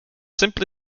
simply